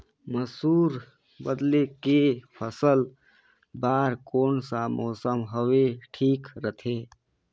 मसुर बदले के फसल बार कोन सा मौसम हवे ठीक रथे?